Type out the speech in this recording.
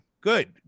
Good